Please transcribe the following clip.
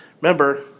remember